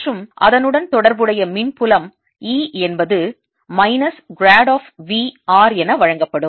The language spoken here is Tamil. மற்றும் அதனுடன் தொடர்புடைய மின்புலம் E என்பது minus grad of V r என வழங்கப்படும்